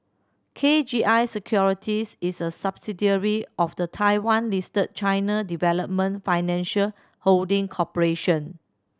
K G I Securities is a subsidiary of the Taiwan Listed China Development Financial Holding Corporation